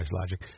logic